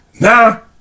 Now